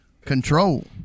Control